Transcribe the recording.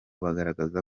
bagaragaza